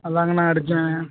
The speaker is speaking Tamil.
அதுதாங்கண்ணா அடித்தேன்